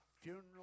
funeral